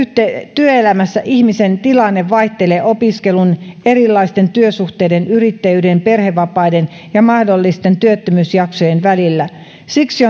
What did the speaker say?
työelämässä ihmisen tilanne vaihtelee opiskelun erilaisten työsuhteiden yrittäjyyden perhevapaiden ja mahdollisten työttömyysjaksojen välillä siksi